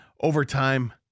overtime –